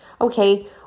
Okay